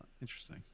interesting